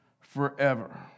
forever